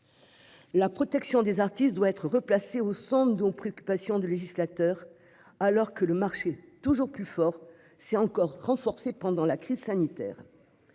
La protection des artistes doit être replacée au centre de nos préoccupations de législateur, alors que le marché, toujours plus fort, s'est encore renforcé pendant la crise sanitaire.